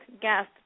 guest